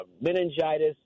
meningitis